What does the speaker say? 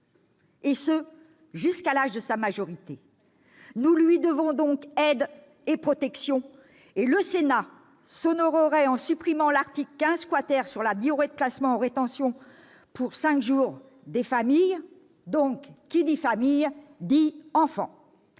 et ce jusqu'à l'âge de sa majorité. Nous lui devons donc aide et protection, et le Sénat s'honorerait en supprimant l'article 15 relatif à la durée de placement en rétention pour cinq jours des familles, car qui dit famille dit enfants.